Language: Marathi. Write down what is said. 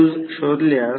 वाइंडिंग प्रतिरोध लॉस